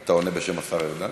אתה עונה בשם השר ארדן?